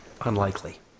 Unlikely